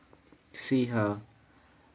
see how